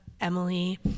Emily